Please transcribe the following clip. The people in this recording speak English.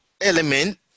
element